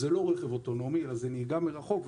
זה לא רכב אוטונומי אלא נהיגה מרחוק,